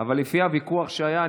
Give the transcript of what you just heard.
אבל לפי הוויכוח שהיה,